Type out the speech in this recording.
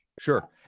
Sure